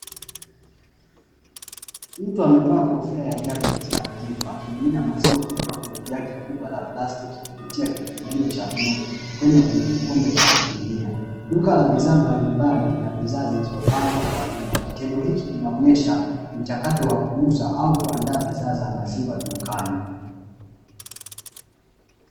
Mtu amevaa kofia ya jaketi la kijivu akimimina maziwa kutoka kwenye jagi kubwa la plastiki kupitia kichujio cha bluu kwenda kwenye kikombe cha kupimia. Duka la bidhaa mbalimbali lina bidhaa zilizopangwa kwa nyuma kitendo hiki kinaonyesha mchakato wa kuuza au kuaandaa bidhaa za maziwa dukani.